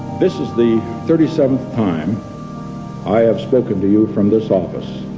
this is the thirty seventh time i have spoken to you from this office,